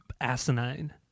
asinine